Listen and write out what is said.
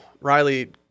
Riley